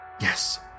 Yes